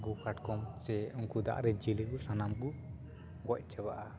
ᱦᱟᱹᱠᱩ ᱠᱟᱴᱠᱚᱢ ᱥᱮ ᱩᱱᱠᱩ ᱫᱟᱜ ᱨᱮᱱ ᱡᱤᱭᱟᱹᱞᱤ ᱠᱚ ᱥᱟᱱᱟᱢ ᱠᱩ ᱜᱚᱡᱽ ᱪᱟᱵᱟᱜᱼᱟ